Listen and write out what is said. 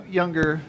younger